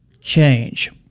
change